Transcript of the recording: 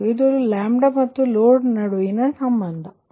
ಇದು λ ಮತ್ತು ಲೋಡ್ ನ ನಡುವಿನ ಸಂಬಂಧ ಇದು